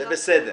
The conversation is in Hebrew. זה בסדר.